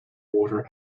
water